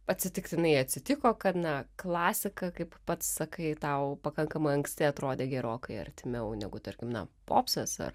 atsitiktinai atsitiko kad na klasika kaip pats sakai tau pakankamai anksti atrodė gerokai artimiau negu tarkim na popsas ar